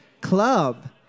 Club